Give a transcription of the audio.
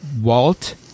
walt